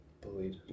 bullied